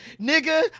nigga